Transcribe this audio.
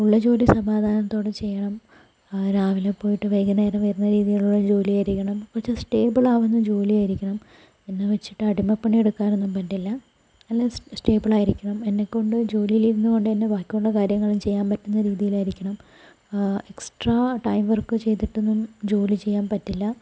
ഉള്ള ജോലി സമാധാനത്തോടെ ചെയ്യണം രാവിലെ പോയിട്ട് വൈകുന്നേരം വരുന്ന രീതിയിലുള്ള ജോലി ആയിരിക്കണം പക്ഷേ സ്റ്റേബിളാവുന്ന ജോലി ആയിരിക്കണം എന്ന് വച്ചിട്ട് അടിമപ്പണി എടുക്കാനൊന്നും പറ്റില്ല നല്ല സ്റ്റേബിളായിരിക്കണം എന്നെക്കൊണ്ട് ജോലിയിലിരുന്നുകൊണ്ട് തന്നെ ബാക്കിയുള്ള കാര്യങ്ങളും ചെയ്യാൻ പറ്റുന്ന രീതിയിലായിരിക്കണം എക്സ്ട്രാ ടൈം വർക്ക് ചെയ്തിട്ടൊന്നും ജോലി ചെയ്യാൻ പറ്റില്ല